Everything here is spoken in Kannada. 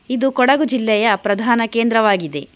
ಇದು ಕೊಡಗು ಜಿಲ್ಲೆಯ ಪ್ರಧಾನ ಕೇಂದ್ರವಾಗಿದೆ